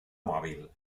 mòbil